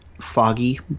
foggy